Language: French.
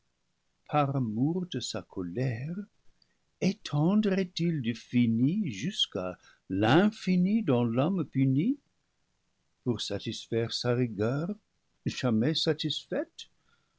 par amour de sa colère étendrait il le fini jusqu'à l'infini dans l'homme puni pour satisfaire sa rigueur jamais satisfaite